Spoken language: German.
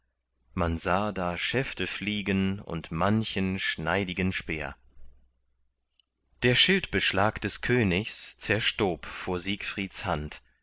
man sah da schäfte fliegen und manchen schneidigen speer der schildbeschlag des königs zerstob vor siegfrieds hand